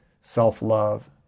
self-love